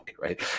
right